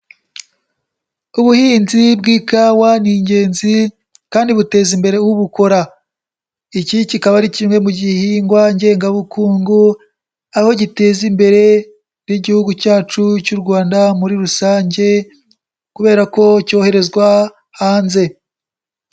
Ubuhinzi bw'ikawa ni ingenzi kandi buteza imbere ubukora, iki kikaba ari kimwe mu gihingwa ngengabukungu aho giteza imbere n'Igihugu cyacu cy'u Rwanda muri rusange kubera ko cyoherezwa hanze.